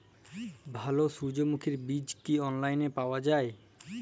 ভালো সূর্যমুখির বীজ কি অনলাইনে পাওয়া যায়?